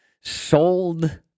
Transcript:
sold